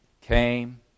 came